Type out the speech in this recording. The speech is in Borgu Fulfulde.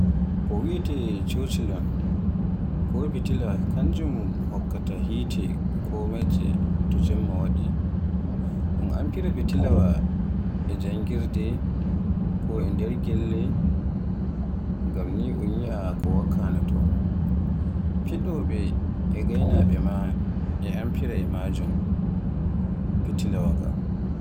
Ko wiyeete shoshila ko fitila kanjum hokkaata hite ko metkere to Jemma waɗi, un amfira fitilawa e janngirde ko e nder gelle, ngam ni un yia ko wakkanoto, fidowooɓe e gaynaaɓe ma e amfira e maajun fitilawa ngan.